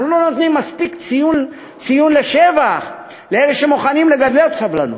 אנחנו לא נותנים מספיק ציון לשבח לאלה שמוכנים לגלות סבלנות.